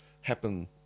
happen